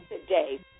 today